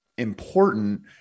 important